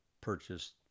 purchased